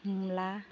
मुला